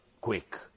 quick